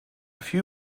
few